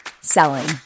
selling